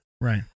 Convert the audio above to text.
Right